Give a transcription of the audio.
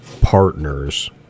partners